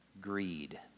greed